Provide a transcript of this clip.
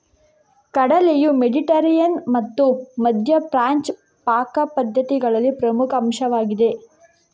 ಕಡಲೆಯು ಮೆಡಿಟರೇನಿಯನ್ ಮತ್ತು ಮಧ್ಯ ಪ್ರಾಚ್ಯ ಪಾಕ ಪದ್ಧತಿಗಳಲ್ಲಿ ಪ್ರಮುಖ ಅಂಶವಾಗಿದೆ